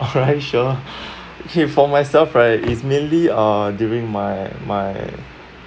alright sure okay for myself right is mainly uh during my my